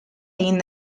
egin